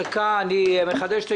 המיוחד,